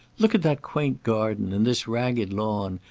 look at that quaint garden, and this ragged lawn,